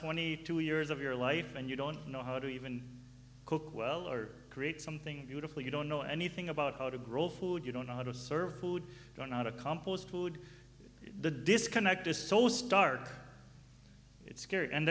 twenty two years of your life and you don't know how to even cook well or create something beautiful you don't know anything about how to grow food you don't know how to serve food don't not a compost food the disconnect is so stark it's scary and